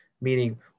Meaning